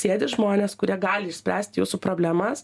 sėdi žmonės kurie gali išspręst jūsų problemas